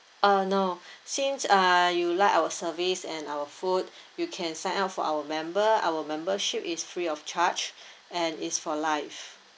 uh no since uh you like our service and our food you can sign up for our member our membership is free of charge and is for life